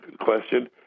question